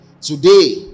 today